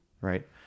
Right